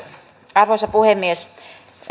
arvoisa puhemies